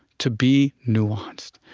to be nuanced,